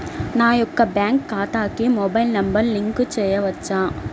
నా యొక్క బ్యాంక్ ఖాతాకి మొబైల్ నంబర్ లింక్ చేయవచ్చా?